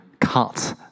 cut